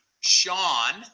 Sean